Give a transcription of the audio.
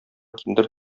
киндер